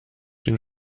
den